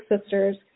sisters